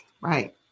Right